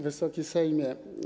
Wysoki Sejmie!